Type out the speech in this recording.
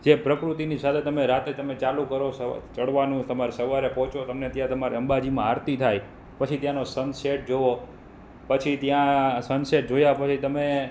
જે પ્રકૃતિની સાથે તમે રાતે તમે ચાલું કરો ચઢવાનું તમારે સવારે પહોંચો તમને ત્યાં તમારે અંબાજીમાં આરતી થાય પછી ત્યાંનો સનસેટ જુઓ પછી ત્યાં સનસેટ જોયા પછી તમે